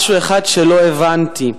משהו אחד שלא הבנתי.